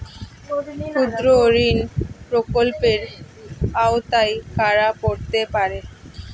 ক্ষুদ্রঋণ প্রকল্পের আওতায় কারা পড়তে পারে?